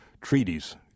treaties